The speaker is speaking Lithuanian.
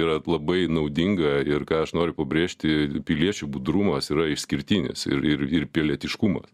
yra labai naudinga ir ką aš noriu pabrėžti piliečių budrumas yra išskirtinis ir ir ir pilietiškumas